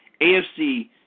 AFC